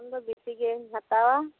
ᱚᱱᱟ ᱠᱷᱚᱱ ᱫᱚ ᱵᱤᱥᱤ ᱜᱮᱧ ᱦᱟᱛᱟᱣᱟ